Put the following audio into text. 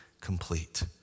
complete